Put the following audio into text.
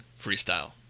freestyle